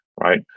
right